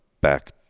back